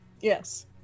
Yes